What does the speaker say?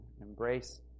embrace